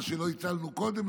מה שלא הצלנו קודם,